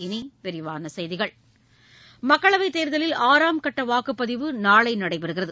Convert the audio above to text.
இனி விரிவான செய்திகள் மக்களவைத் தேர்தலில் ஆறாம் கட்ட வாக்குப்பதிவு நாளை நடைபெறுகிறது